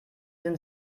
sind